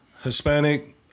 Hispanic